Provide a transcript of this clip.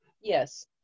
Yes